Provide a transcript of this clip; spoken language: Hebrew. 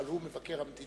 אבל הוא מבקר המדינה,